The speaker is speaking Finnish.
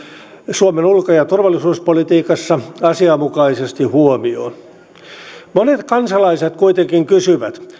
suomen ulko ja turvallisuuspolitiikassa asianmukaisesti huomioon monet kansalaiset kuitenkin kysyvät